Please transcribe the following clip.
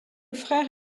frère